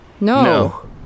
No